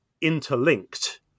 interlinked